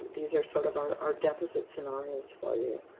these are sort of our our deficit scenarios for you.